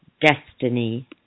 destiny